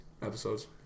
Episodes